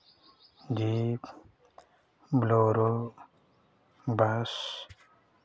jeep bolero bus